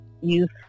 youth